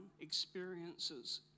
experiences